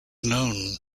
known